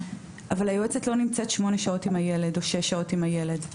אבל היועצת לא נמצאת שמונה שעות עם הילד או שש שעות עם הילד.